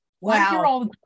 Wow